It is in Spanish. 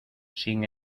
sin